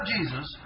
Jesus